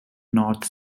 north